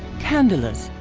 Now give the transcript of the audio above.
candelas,